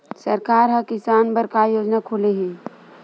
सरकार ह किसान बर का योजना खोले हे?